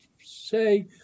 say